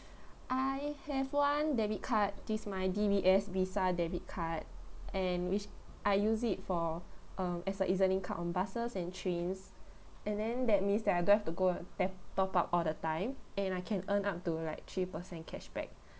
I have one debit card this my D_B_S visa debit card and which I use it for uh as a E_Z link card on buses and trains and then that means that I don't have go uh tap top up all the time and I can earn up to like three percent cashback